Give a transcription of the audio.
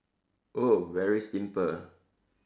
oh very simple